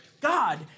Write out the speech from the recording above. God